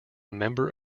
member